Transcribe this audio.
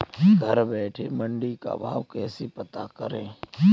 घर बैठे मंडी का भाव कैसे पता करें?